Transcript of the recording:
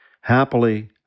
Happily